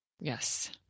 Yes